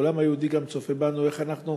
העולם היהודי גם צופה בנו איך אנחנו